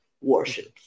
warships